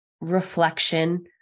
reflection